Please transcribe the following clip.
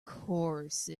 course